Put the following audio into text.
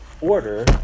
order